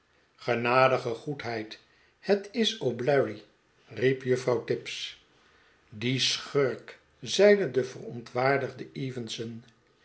genadige goedheid het is o'bleary riep juffrouw tibbs die schurk zeide de verontwaardigde evenson